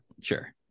sure